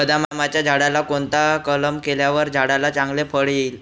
बदामाच्या झाडाला कोणता कलम केल्यावर झाडाला चांगले फळ येईल?